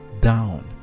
down